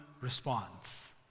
response